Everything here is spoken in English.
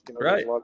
Right